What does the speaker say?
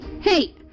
Hey